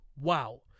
Wow